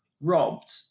robbed